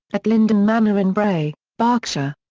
at lynden manor in bray, berkshire.